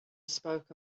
spoke